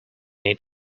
need